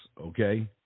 okay